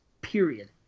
period